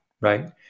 right